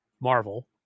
Marvel